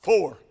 Four